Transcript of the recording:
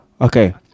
okay